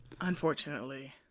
Unfortunately